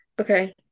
okay